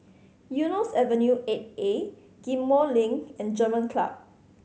Eunos Avenue Eight A Ghim Moh Link and German Club